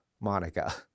Monica